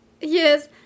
yes